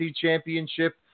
championship